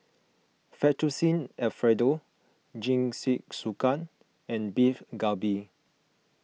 Fettuccine Alfredo Jingisukan and Beef Galbi